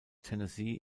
tennessee